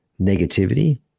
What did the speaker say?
negativity